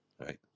right